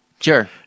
Sure